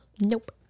Nope